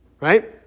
right